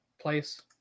place